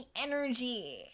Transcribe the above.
energy